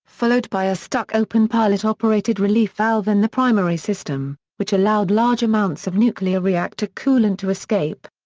followed by a stuck-open pilot-operated relief valve in the primary system, which allowed large amounts of nuclear reactor coolant to escape.